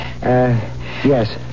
yes